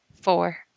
four